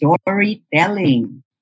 storytelling